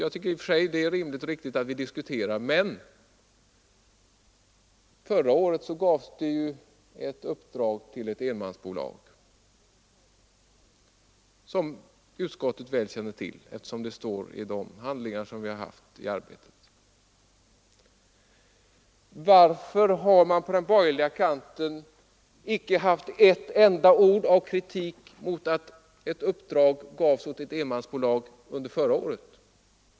Det är i och för sig rimligt och riktigt att vi diskuterar det, men förra året gavs det också ett uppdrag till ett enmansbolag. Det känner utskottet väl till, eftersom det står i de handlingar vi haft att arbeta med. Varför har man på den borgerliga kanten icke haft ett enda ord av kritik mot att ett uppdrag gavs till ett enmansbolag under förra året?